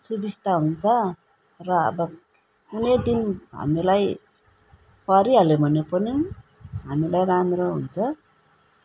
सुविस्ता हुन्छ र अब कुनै दिन हामीलाई परिहाल्यो भने पनि हामीलाई राम्रो हुन्छ